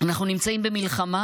אנחנו נמצאים במלחמה,